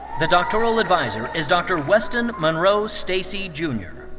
the doctoral adviser is dr. weston munroe stacey jr.